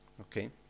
Okay